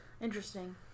Interesting